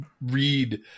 read